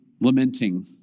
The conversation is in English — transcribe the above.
lamenting